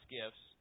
gifts